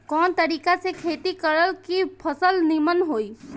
कवना तरीका से खेती करल की फसल नीमन होई?